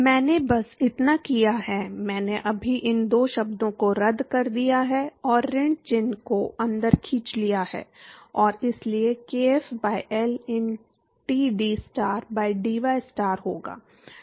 मैंने बस इतना किया है मैंने अभी इन दो शब्दों को रद्द कर दिया है और ऋण चिह्न को अंदर खींच लिया है और इसलिए kf by L in dTstar by dystar होगा